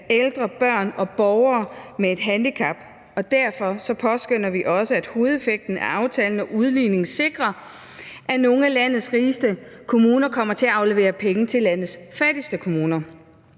ældre, børn og borgere med et handicap. Derfor påskønner vi også, at hovedeffekten af aftalen om udligning sikrer, at nogle af landets rigeste kommuner kommer til at aflevere penge til landets fattigste kommuner.